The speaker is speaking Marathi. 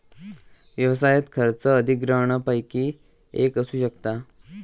व्यवसायात खर्च अधिग्रहणपैकी एक असू शकता